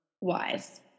wise